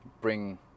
bring